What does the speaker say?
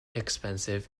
expensive